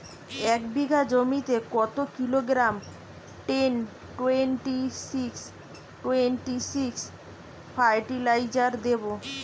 এক বিঘা জমিতে কত kilogram ten twenty six twenty six fertilizer দেবো?